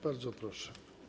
Bardzo proszę.